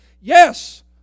yes